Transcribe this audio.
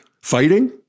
fighting